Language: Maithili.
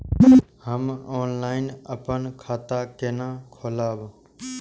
हम ऑनलाइन अपन खाता केना खोलाब?